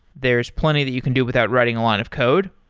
there's plenty that you can do without writing a lot of code,